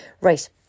Right